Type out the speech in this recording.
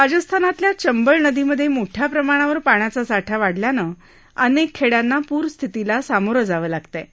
राजस्थानातल्या चंबळ नदीमधे मोठया प्रमाणावर पाण्याचा साठा वाढल्यानं अनेक खेडयांना प्रस्थितीला सामोरं जावं लागतयं